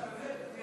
באמת?